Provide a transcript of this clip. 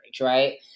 right